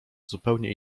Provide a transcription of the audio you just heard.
zupełnie